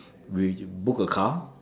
we book a car